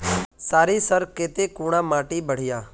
सरीसर केते कुंडा माटी बढ़िया?